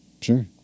sure